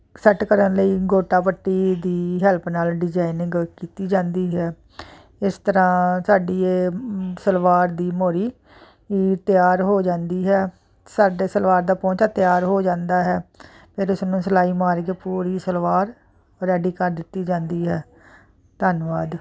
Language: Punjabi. ਸੈੱਟ ਕਰਨ ਲਈ ਗੋਟਾ ਪੱਟੀ ਦੀ ਹੈਲਪ ਨਾਲ ਡਿਜਾਇਨਿੰਗ ਕੀਤੀ ਜਾਂਦੀ ਹੈ ਇਸ ਤਰ੍ਹਾਂ ਸਾਡੀ ਇਹ ਸਲਵਾਰ ਦੀ ਮੋਰੀ ਤਿਆਰ ਹੋ ਜਾਂਦੀ ਹੈ ਸਾਡੇ ਸਲਵਾਰ ਦਾ ਪੋਂਚਾ ਤਿਆਰ ਹੋ ਜਾਂਦਾ ਹੈ ਫਿਰ ਉਸਨੂੰ ਸਿਲਾਈ ਮਾਰ ਕੇ ਪੂਰੀ ਸਲਵਾਰ ਰੈਡੀ ਕਰ ਦਿੱਤੀ ਜਾਂਦੀ ਹੈ ਧੰਨਵਾਦ